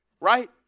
right